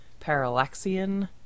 parallaxian